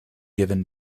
given